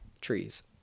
Trees